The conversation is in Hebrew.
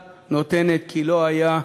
אין לי בעיה.